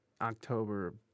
October